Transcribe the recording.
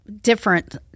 different